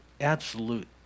absolute